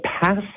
pass